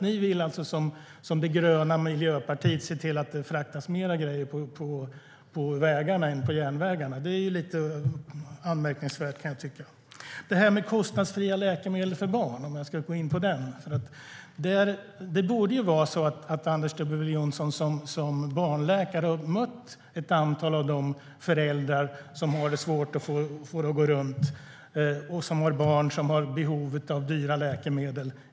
Ni vill alltså som grönt miljöparti se till att det fraktas mer grejer på vägarna än på järnvägarna. Det kan jag tycka är lite anmärkningsvärt. När det gäller kostnadsfria läkemedel för barn borde Anders W Jonsson i sin profession som barnläkare ha mött ett antal av de föräldrar som har svårt att få det att gå runt och som har barn som har behov av dyra läkemedel.